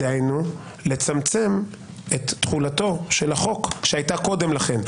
דהיינו, לצמצם את תחולתו של החוק שהייתה קודם לכן.